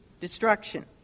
destruction